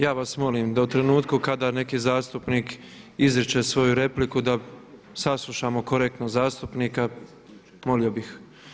Ja vas molim da u trenutku kada neki zastupnik izriče svoju repliku da saslušamo korektno zastupnika, molio bih.